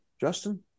Justin